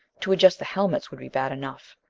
to adjust the helmets would be bad enough.